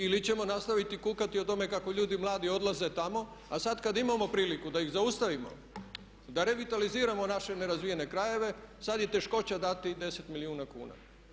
Ili ćemo nastaviti kukati o tome kako ljudi mladi odlaze tamo a sada kada imamo priliku da ih zaustavimo, da revitaliziramo naše nerazvijene krajeve, sada je teškoća dati 10 milijuna kuna.